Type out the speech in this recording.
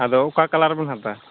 ᱟᱫᱚ ᱚᱠᱟ ᱠᱟᱞᱟᱨ ᱵᱮᱱ ᱦᱟᱛᱟᱣᱟ